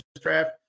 draft